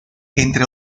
entre